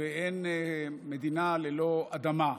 ואין מדינה ללא אדמה.